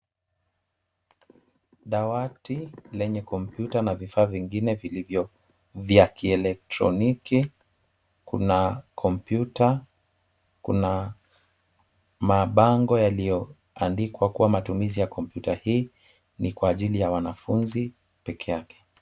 Dawati lenye kompyuta na vifaa vingine vilivyo vya kielektroniki. Kuna kompyuta, kuna mabango yaliyo andikwa kuwa matumizi ya kompyuta hii. Ni kwa ajili ya wanafunzi pekee yake.